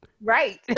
right